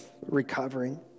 recovering